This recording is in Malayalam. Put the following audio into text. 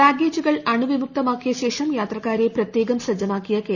ബാഗേജുകൾ അണുവിമുക്തമാക്കിയശേഷം യാത്രക്കാരെ പ്രത്യേകം സജ്ജമാക്കിയ കെ